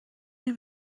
این